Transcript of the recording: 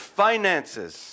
finances